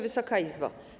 Wysoka Izbo!